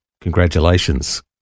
congratulations